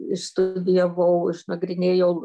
išstudijavau išnagrinėjau